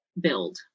build